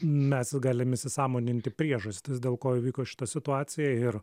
mes galim įsisąmoninti priežastis dėl ko įvyko šita situacija ir